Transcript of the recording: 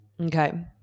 Okay